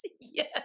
yes